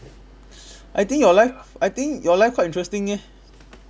I think your life I think your life quite interesting eh